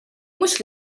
mhux